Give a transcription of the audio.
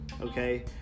Okay